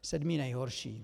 Sedmý nejhorší.